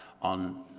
on